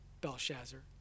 Belshazzar